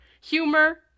humor